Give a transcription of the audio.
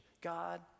God